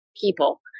people